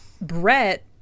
Brett